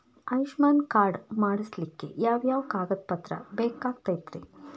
Ayushman card ಮಾಡ್ಸ್ಲಿಕ್ಕೆ ಯಾವ ಯಾವ ಕಾಗದ ಪತ್ರ ಬೇಕಾಗತೈತ್ರಿ?